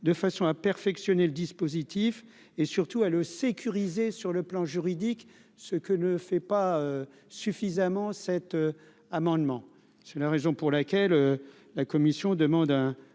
de façon à perfectionner le dispositif. Et surtout à le sécuriser sur le plan juridique, ce que ne fait pas suffisamment cet amendement, c'est la raison pour laquelle la Commission demande hein.